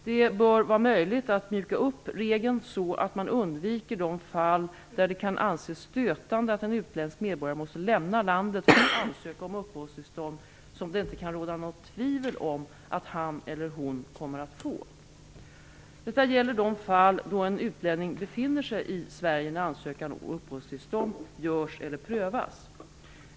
Det bör vara möjligt att mjuka upp regeln, så att man undviker de fall där det kan anses stötande att en utländsk medborgare måste lämna landet för att ansöka om ett uppehållstillstånd som det inte kan råda något tvivel om att han eller hon kommer att få. Det gäller de fall då en utlänning befinner sig i Sverige när ansökan om uppehållstillstånd görs eller prövas.